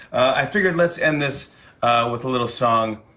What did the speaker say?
i figured let's end this with a little song,